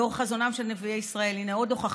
לאור חזונם של נביאי ישראל" הינה עוד הוכחה,